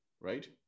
right